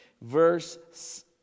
Verse